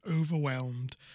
overwhelmed